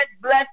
bless